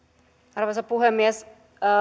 arvoisa puhemies